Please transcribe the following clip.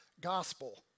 gospel